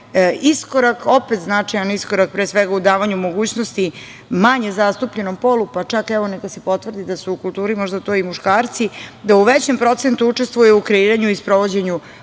iskorak, opet značajan iskorak pre svega u davanju mogućnosti manje zastupljenom polu, pa čak neka se potvrdi da su u kulturi možda to i muškarci, da u većem procentu učestvuju u kreiranju i sprovođenju